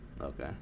Okay